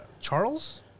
Charles